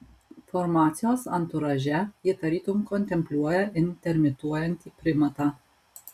formacijos anturaže ji tarytum kontempliuoja intermituojantį primatą